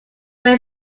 very